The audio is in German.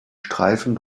streifen